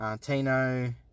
Tino